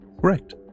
Correct